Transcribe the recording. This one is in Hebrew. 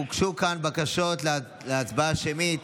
הוגשו כאן בקשות להצבעה שמית.